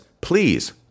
please